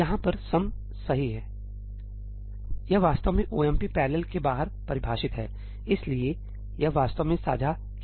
यहाँ पर यह सम सही है यह वास्तव में 'omp parallel' के बाहर परिभाषित है इसलिए यह वास्तव में साझा किया गया है